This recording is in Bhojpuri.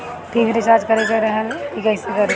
टी.वी रिचार्ज करे के रहल ह कइसे करी?